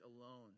alone